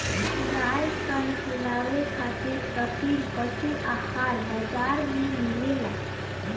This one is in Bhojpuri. गाय सन खिलावे खातिर कपिला पशुआहार बाजार में मिलेला